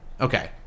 Okay